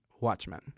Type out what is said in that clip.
Watchmen